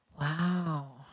Wow